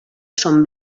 són